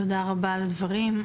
תודה רבה על הדברים.